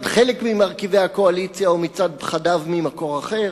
חלק ממרכיבי הקואליציה ומצד פחדיו ממקור אחר,